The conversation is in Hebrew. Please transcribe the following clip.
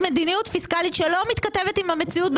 מדיניות פיסקלית שלא מתכתבת עם המציאות,